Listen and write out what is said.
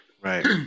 right